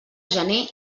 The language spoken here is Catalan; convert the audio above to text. gener